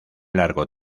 largo